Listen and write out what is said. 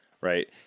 right